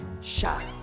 shot